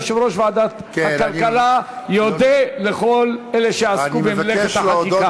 יושב-ראש ועדת הכלכלה יודה לכל אלה שעסקו במלאכת החקיקה.